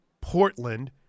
Portland